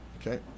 Okay